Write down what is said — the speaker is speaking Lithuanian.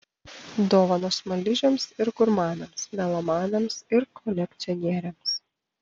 dovanos smaližiams ir gurmanams melomanams ir kolekcionieriams